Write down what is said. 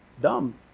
dumb